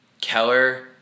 Keller